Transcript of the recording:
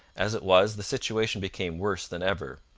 as it was, the situation became worse than ever.